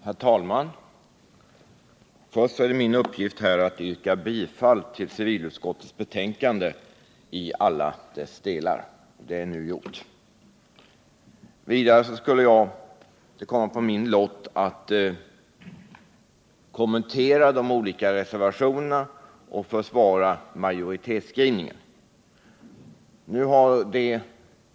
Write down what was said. Herr talman! Först är det min uppgift att yrka bifall till civilutskottets hemställan i alla dess delar. Det är nu gjort. Vidare kommer det på min lott att kommentera de olika reservationerna och försvara majoritetsskrivningen.